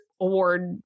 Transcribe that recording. Award